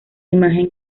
imagen